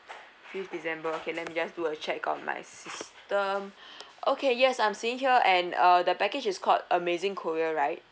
fifth december okay let me just do a check on my system okay yes I'm seeing here and uh the package is called amazing korea right